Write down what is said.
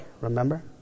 remember